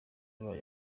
bayo